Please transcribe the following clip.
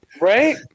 Right